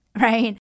right